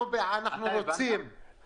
אנחנו בעד איכות סביבה,